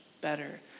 better